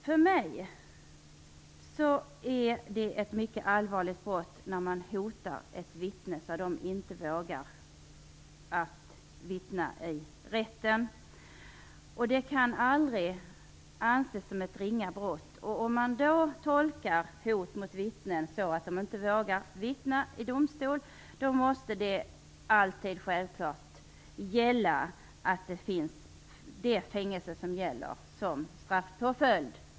För mig är det ett mycket allvarligt brott att hota vittnen så att de inte vågar vittna i rätten. Det kan aldrig anses som ett ringa brott. För hot mot vittnen som gör att de inte vågar vittna i domstol måste straffpåföljden självklart alltid vara fängelse.